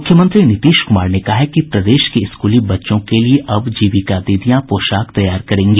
मूख्यमंत्री नीतीश कुमार ने कहा है कि प्रदेश के स्कूली बच्चों के लिये अब जीविका दीदियां पोशाक तैयार करेंगी